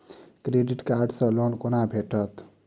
Credit card सँ loan कोना भेटत?